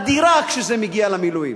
אדירה כשזה מגיע למילואים.